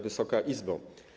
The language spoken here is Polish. Wysoka Izbo!